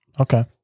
Okay